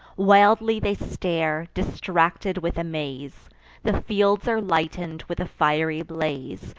wildly they stare, distracted with amaze the fields are lighten'd with a fiery blaze,